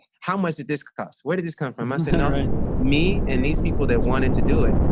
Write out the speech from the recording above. how much did this cost? where did this come from us and me and these people, they wanted to do it,